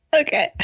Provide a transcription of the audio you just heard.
Okay